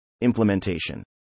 Implementation